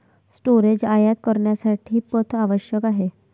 storage आयात करण्यासाठी पथ आवश्यक आहे